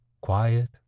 Quiet